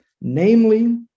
namely